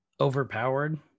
overpowered